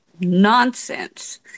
nonsense